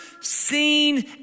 seen